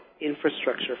infrastructure